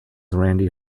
randy